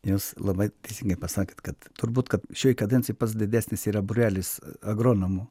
jūs labai teisingai pasakėt kad turbūt kad šioj kadencijoj pats didesnis yra būrelis agronomų